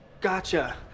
Gotcha